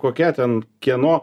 kokia ten kieno